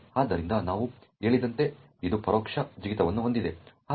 ಆದ್ದರಿಂದ ನಾವು ಹೇಳಿದಂತೆ ಇದು ಪರೋಕ್ಷ ಜಿಗಿತವನ್ನು ಹೊಂದಿದೆ